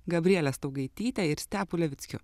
gabriele staugaityte ir stepu levickiu